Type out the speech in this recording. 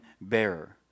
bearer